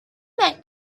met